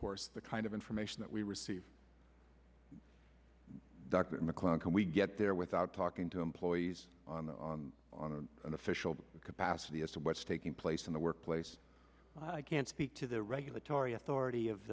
course the kind of information that we receive dr mcclung can we get there without talking to employees on the on an official capacity as to what's taking place in the workplace i can't speak to the regulatory authority of